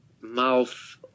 mouth